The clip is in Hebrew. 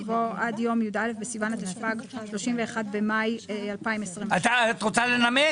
יבוא "עד יום י"א בסיוון התשפ"ג (31 במאי 2023)". את רוצה לנמק?